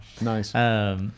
Nice